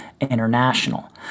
International